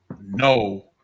No